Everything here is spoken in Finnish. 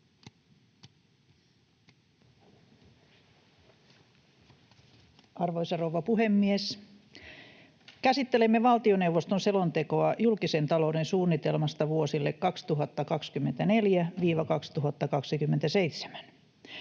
Arvoisa rouva puhemies! Käsittelemme valtioneuvoston selontekoa julkisen talouden suunnitelmasta vuosille 2024—2027.